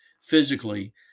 physically